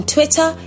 Twitter